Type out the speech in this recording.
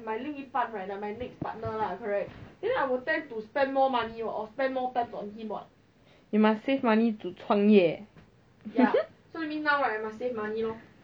因为 this year is our third year third year